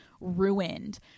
ruined